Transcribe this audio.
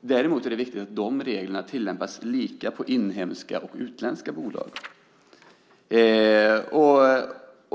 Det är dock viktigt att de reglerna tillämpas lika på inhemska och utländska bolag.